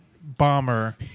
bomber